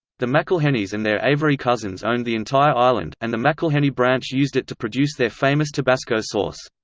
the mcilhennys and their avery cousins owned the entire island, and the mcilhenny branch used it to produce their famous tabasco sauce.